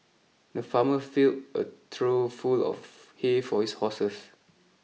the farmer filled a trough full of hay for his horses